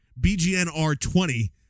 BGNR20